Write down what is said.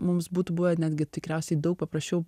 mums būtų buvę netgi tikriausiai daug paprasčiau